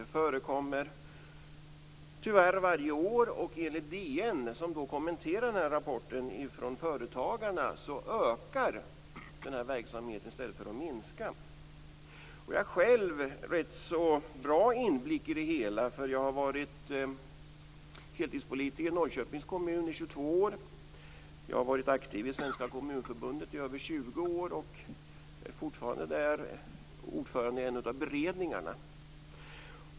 Det förekommer tyvärr varje år och enligt DN, som kommenterar rapporten från företagarna, ökar verksamheten i stället för att minska. Jag har själv rätt bra inblick i detta, för jag har varit heltidspolitiker i Norrköpings kommun i 22 år. Jag har varit aktiv i Svenska kommunförbundet i över 20 år och är fortfarande ordförande i en av beredningarna.